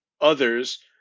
others